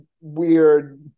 weird